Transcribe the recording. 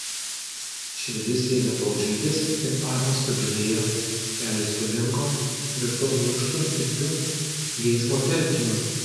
širdis ėmė daužytis kvėpavimas pagilėjo keliai sulinko virtau minkštu tirpiu geismo telkiniu